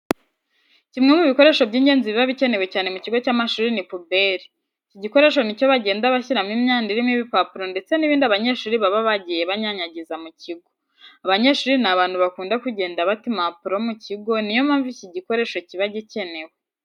Kimwe mu bikoresho by'ingenzi biba bikenewe cyane mu kigo cy'amashuri ni puberi. Iki gikoresho ni cyo bagenda bashyiramo imyanda irimo ibipapuro ndetse n'ibindi abanyeshuri baba bagiye banyanyagiza mu kigo. Abanyeshuri ni abantu bakunda kugenda bata ibipapuro mu kigo, niyo mpamvu iki gikoresho kiba gikenewe.